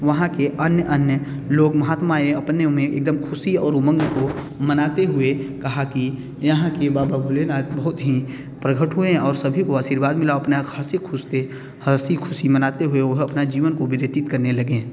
वहाँ के अन्य अन्य लोग महात्माएँ अपने ओ में एकदम खुशी और उमंग को मनाते हुए कहा की यहाँ के बाबा भोलेनाथ बहुत ही प्रगत हुए और सभी को आशीर्वाद मिला और अपना ख़से खुसते हँसी खुशी मनाते हुए वह अपना जीवन को व्यतीत करने लगें